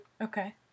Okay